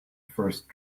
first